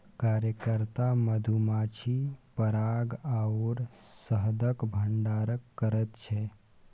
कार्यकर्ता मधुमाछी पराग आओर शहदक भंडारण करैत छै